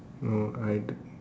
no I